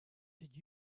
did